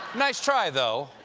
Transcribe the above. nice try though.